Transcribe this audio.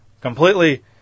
completely